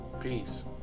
Peace